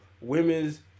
women's